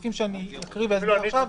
הסעיפים שאני אקרא ואסביר עכשיו,